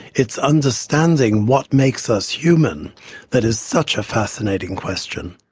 it's understanding what makes us human that is such a fascinating question.